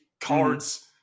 cards